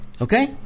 Okay